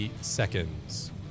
seconds